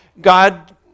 God